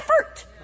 effort